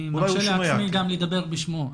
אני מרשה לעצמי גם לדבר בשמו,